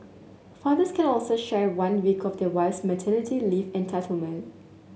fathers can also share one week of their wife's maternity leave entitlement